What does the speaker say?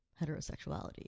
heterosexuality